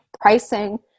pricing